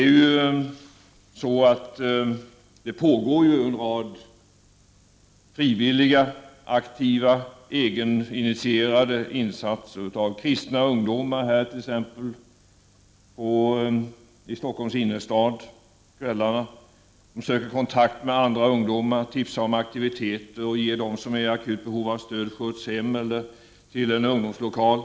Det pågår en rad frivilliga, aktiva och egeninitierade insatser från t.ex. kristna ungdomar i Stockholms innerstad på kvällarna. De söker kontakt med andra ungdomar, tipsar om aktiviteter och ger de ungdomar som är i akut behov av stöd skjuts hem eller till någon ungdomslokal.